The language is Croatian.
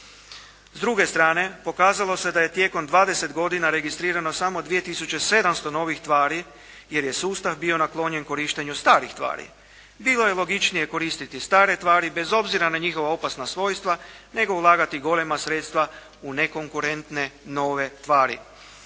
S druge strane, pokazalo se da je tijekom dvadeset godina registrirano samo 2 tisuće 700 novih tvari jer je sustav bio naklonjen korištenju starih tvari. Bilo je logičnije koristiti stare tvari bez obzira na njihova opasna svojstva nego ulagati golema sredstva u nekonkurentne nove tvari.